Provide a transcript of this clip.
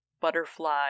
butterfly